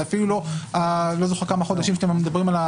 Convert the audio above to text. זה אפילו לא כמה חודשים עליהם אתם מדברים.